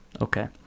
okay